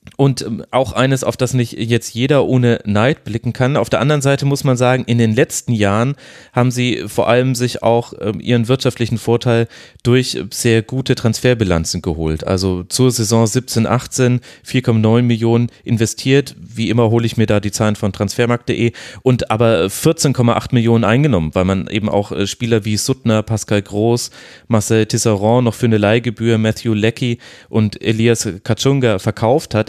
Und, ähm, auch eines, auf das nicht jetzt jeder ohne Neid blicken kann. Auf der anderen Seite muss man sagen, in den letzten Jahren haben sie vor allem sich auch, ähm, ihren wirtschaftlichen Vorteil durch, äh, sehr gute Transferbilanzen geholt. Also zur Saison 17, 18, 4,9 Millionen investiert. Wie immer hole ich mir da die Zahlen von Transfermarkt.de. Und aber 14,8 Millionen eingenommen, weil man eben auch, äh, Spieler wie Suttner, Pascal Groß, Marcel Tisserand noch für eine Leihgebühr, Matthew Lecky und Elias Kaczunga verkauft hat.